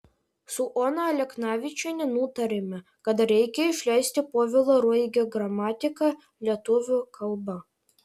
su ona aleknavičiene nutarėme kad reikia išleisti povilo ruigio gramatiką lietuvių kalba